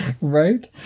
Right